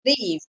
leave